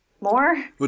more